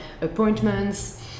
appointments